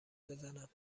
بزنم